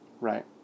Right